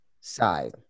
side